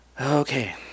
Okay